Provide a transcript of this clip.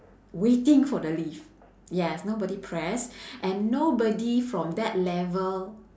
waiting for the lift yes nobody press and nobody from that level